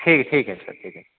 ठीक है ठीक है सर ठीक है